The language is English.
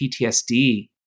PTSD